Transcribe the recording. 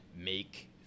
make